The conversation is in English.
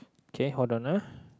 okay hold on ah